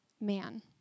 man